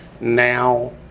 Now